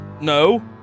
No